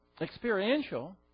experiential